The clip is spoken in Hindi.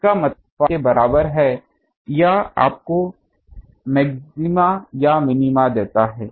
इसका मतलब है कि phi 0 के बराबर है या आपको मैक्सिमा या मिनीमा देता है